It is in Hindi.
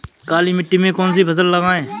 काली मिट्टी में कौन सी फसल लगाएँ?